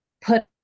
put